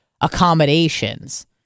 accommodations